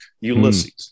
*Ulysses*